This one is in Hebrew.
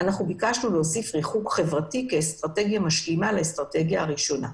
אנחנו ביקשנו להוסיף ריחוק חברתי כאסטרטגיה משלימה לאסטרטגיה הראשונה.